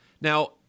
Now